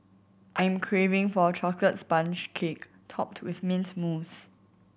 I am craving for a chocolate sponge cake topped with mint mousse